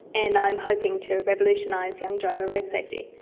and i'm hoping to revolutionise young driver road safety.